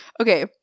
Okay